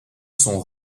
sont